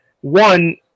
one